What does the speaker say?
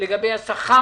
לגבי השכר,